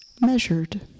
measured